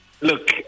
Look